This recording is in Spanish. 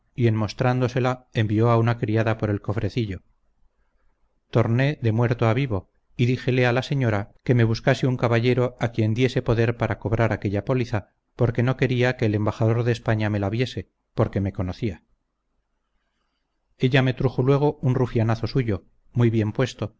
y en mostrándosela envió a una criada por el